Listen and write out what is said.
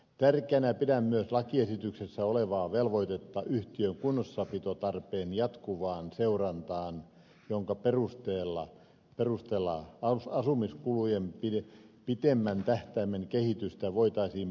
tärkeänä pidän myös lakiesityksessä olevaa velvoitetta yhtiön kunnossapitotarpeen jatkuvaan seurantaan jonka perusteella asumiskulujen pitemmän tähtäimen kehitystä voitaisiin paremmin arvioida